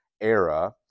era